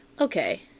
okay